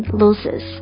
loses